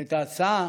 את ההצעה